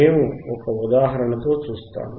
మేము ఒక ఉదాహరణతో చూస్తాము